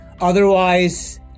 Otherwise